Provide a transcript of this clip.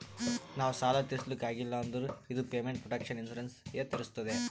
ನಾವ್ ಸಾಲ ತಿರುಸ್ಲಕ್ ಆಗಿಲ್ಲ ಅಂದುರ್ ಇದು ಪೇಮೆಂಟ್ ಪ್ರೊಟೆಕ್ಷನ್ ಇನ್ಸೂರೆನ್ಸ್ ಎ ತಿರುಸ್ತುದ್